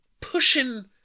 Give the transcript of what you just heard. pushing